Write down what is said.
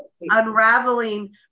unraveling